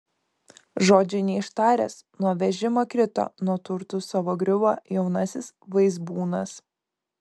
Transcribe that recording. žodžio neištaręs nuo vežimo krito nuo turtų savo griuvo jaunasis vaizbūnas